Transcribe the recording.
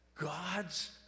God's